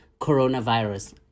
coronavirus